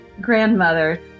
grandmother